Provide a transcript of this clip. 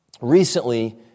recently